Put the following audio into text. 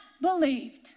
believed